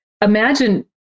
imagine